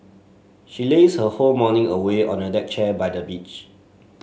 she lazed her whole morning away on a deck chair by the beach